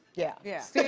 yeah yeah. steve?